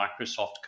Microsoft